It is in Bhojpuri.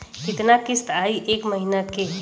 कितना किस्त आई एक महीना के?